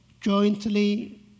jointly